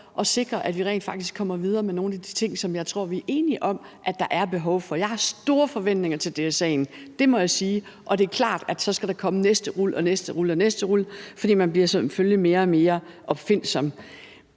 og sikre, at man rent faktisk kommer videre med nogle af de ting, som jeg tror vi er enige om at der er behov for. Jeg har store forventninger til DSA'en, det må jeg sige, og det er klart, at så skal der komme næste rul og næste rul, for man bliver selvfølgelig mere og mere opfindsom.